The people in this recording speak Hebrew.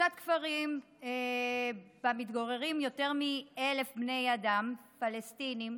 קבוצת כפרים שבה מתגוררים יותר מ-1,000 בני אדם פלסטינים,